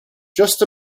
just